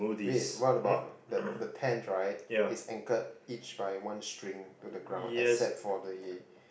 wait what about the the tents right it's incurred each by one string to the ground except for the